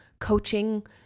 coaching